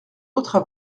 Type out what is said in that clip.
autres